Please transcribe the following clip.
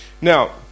Now